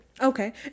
okay